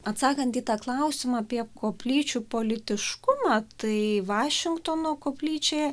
atsakant tą klausimą apie koplyčių politiškumą tai vašingtono koplyčioje